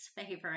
favorite